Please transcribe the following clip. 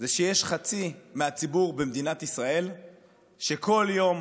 שחצי מהציבור במדינת ישראל כל יום